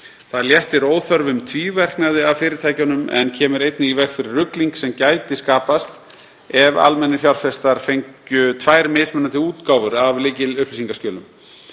Það léttir óþörfum tvíverknaði af fyrirtækjunum en kemur einnig í veg fyrir rugling sem gæti skapast ef almennir fjárfestar fengju tvær mismunandi útgáfur af lykilupplýsingaskjölum.